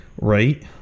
right